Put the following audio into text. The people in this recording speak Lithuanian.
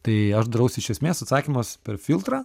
tai aš daraus iš esmės atsakymas per filtrą